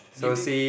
give dig~